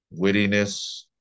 Wittiness